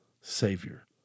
Savior